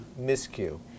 miscue